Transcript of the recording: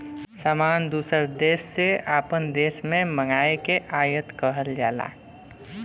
सामान दूसर देस से आपन देश मे मंगाए के आयात कहल जाला